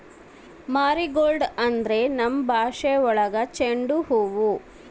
marigold ಅಂದ್ರೆ ನಮ್ ಭಾಷೆ ಒಳಗ ಚೆಂಡು ಹೂವು